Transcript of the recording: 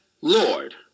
Lord